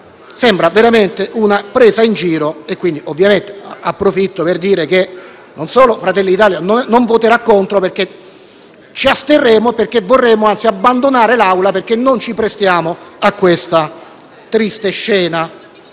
Sembra veramente una presa in giro. Approfitto per dire che Fratelli d'Italia non voterà contro perché ci asterremo e vorremmo, anzi, abbandonare l'Aula perché non ci prestiamo a questa triste scena.